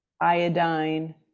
iodine